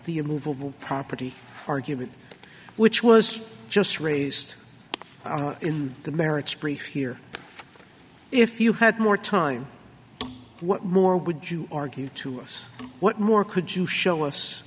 a movable property argument which was just raised in the merits brief here if you had more time where would you argue to us what more could you show us